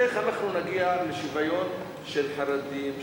איך אנחנו נגיע לשוויון של חרדים,